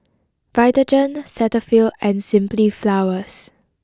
Vitagen Cetaphil and Simply Flowers